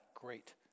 great